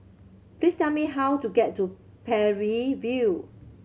please tell me how to get to Parry View